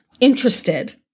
interested